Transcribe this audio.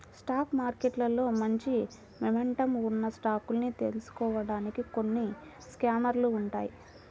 stock మార్కెట్లో మంచి momentum ఉన్న స్టాకుల్ని తెలుసుకోడానికి కొన్ని స్కానర్లు ఉంటాయ్